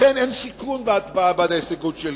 לכן אין סיכון בהצבעה בעד ההסתייגות שלי,